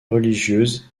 religieuse